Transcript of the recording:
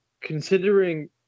considering